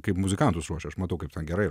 kaip muzikantus ruošia aš matau kaip gerai